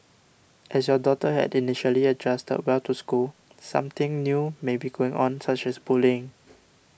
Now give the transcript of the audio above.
as your daughter had initially adjusted well to school something new may be going on such as bullying